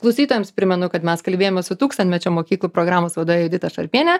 klausytojams primenu kad mes kalbėjomės su tūkstantmečio mokyklų programos vadove judita šarpiene